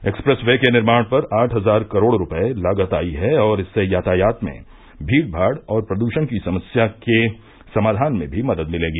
express way के निर्माण पर आठ हजार करोड़ रुपये लागत आई है और इससे यातायात में भीड़भाड़ और प्रदूषण की समस्या के समाधान में भी मदद मिलेगी